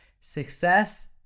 success